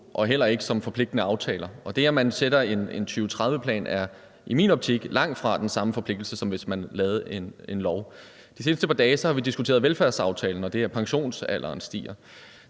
og heller ikke som forpligtende aftaler. Og det, at man sætter en 2030-plan, er i min optik langtfra den samme forpligtelse, som hvis man lavede en lov. De seneste par dage har vi diskuteret velfærdsaftalen og det her med, at pensionsalderen stiger.